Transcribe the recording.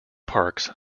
parks